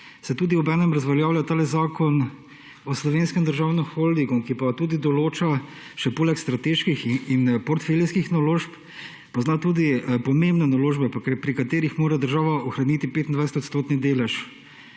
se tudi obenem razveljavlja ta zakon o Slovenske državnem holdingu, ki pa tudi določa še poleg strateških in portfeljskih naložb pa zna tudi pomembne naložbe, pri katerih mora država ohraniti 25 % delež